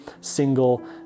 single